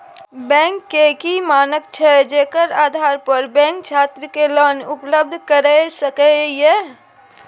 Bank के की मानक छै जेकर आधार पर बैंक छात्र के लोन उपलब्ध करय सके ये?